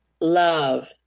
Love